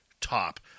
Top